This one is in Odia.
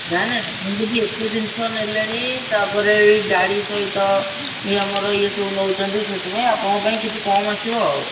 ନା ନା ଆପଣ ଯଦି ଏତେ ଜିନିଷ ନେଲେଣି ତା'ପରେ ବି ଗାଡ଼ି ସହିତ ଇଏ ଆମର ଇଏ ସବୁ ନେଉଛନ୍ତି ସେଥିପାଇଁ ଆପଣଙ୍କ ପାଇଁ କିଛି କମ୍ ଆସିବ ଆଉ